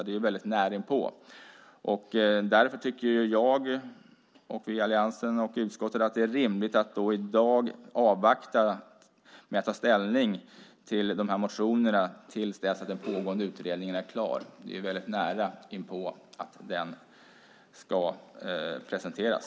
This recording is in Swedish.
Det är ju väldigt nära inpå, och därför tycker jag, alliansen och utskottet att det är rimligt att i dag avvakta med att ta ställning till dessa motioner tills den pågående utredningen är klar och presenteras.